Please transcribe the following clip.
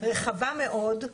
רחבה מאוד.